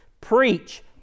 preach